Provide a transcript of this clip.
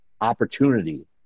opportunity